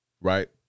Right